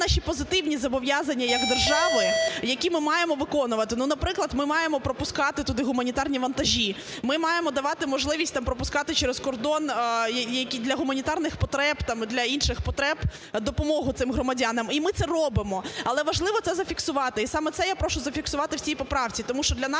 є наші позитивні зобов'язання як держави, які ми маємо виконувати, ну, наприклад, ми маємо пропускати туди гуманітарні вантажі, ми маємо давати можливість та пропускати через кордон для гуманітарних потреб, там для інших потреб допомогу цим громадянам. І ми це робимо. Але важливо це зафіксувати і саме це я прошу зафіксувати у цій поправці,